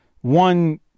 one